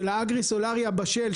של האגרי-סולארי הבשל,